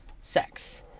sex